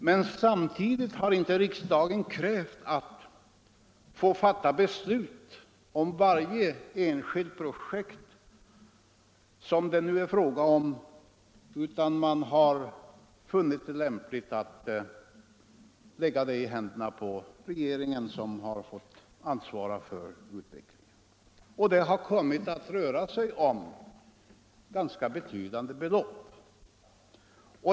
Men riksdagen har inte samtidigt krävt att få fatta beslut om varje enskilt projekt som det kan vara fråga om, utan riksdagen har funnit det lämpligt att lägga detta i händerna på regeringen, som har fått ansvara för utvecklingen. Där har det kommit att röra sig om betydande belopp.